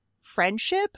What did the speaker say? friendship